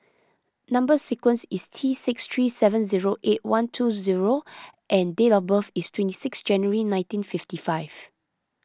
Number Sequence is T six three seven zero eight one two zero and date of birth is twenty six January nineteen fifty five